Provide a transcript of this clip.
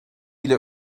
bile